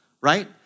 right